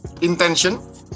intention